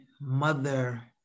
mother